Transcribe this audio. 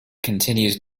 continues